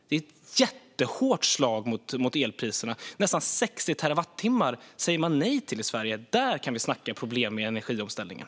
Det är ett jättehårt slag mot elpriserna - nästan 60 terawattimmar sägs det nej till i Sverige. Där kan vi snacka om problem med energiomställningen.